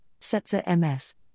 SETSA-MS